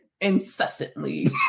incessantly